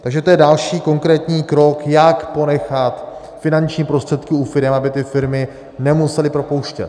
Takže to je další konkrétní krok, jak ponechat finanční prostředky u firem, aby ty firmy nemusely propouštět.